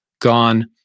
gone